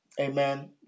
Amen